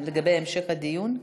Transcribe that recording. לגבי המשך הדיון?